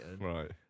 right